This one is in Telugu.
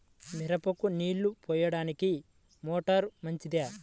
మిరపకు నీళ్ళు పోయడానికి మోటారు మంచిదా?